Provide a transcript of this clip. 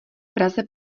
praze